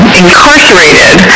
incarcerated